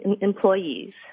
employees